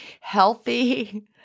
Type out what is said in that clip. healthy